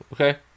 okay